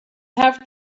have